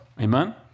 Amen